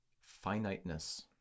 finiteness